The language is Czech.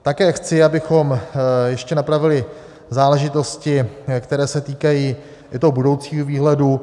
Také chci, abychom ještě napravili záležitosti, které se týkají i toho budoucího výhledu.